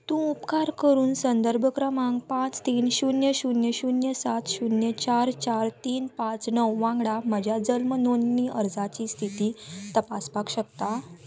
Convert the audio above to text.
तूं उपकार करून संदर्भ क्रमांक पांच तीन शुन्य शुन्य शुन्य सात शुन्य चार चार तीन पांच णव वांगडा म्हज्या जल्म नोंदणी अर्जाची स्थिती तपासपाक शकता